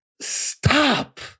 Stop